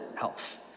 health